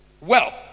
wealth